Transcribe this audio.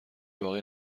باقی